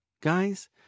guys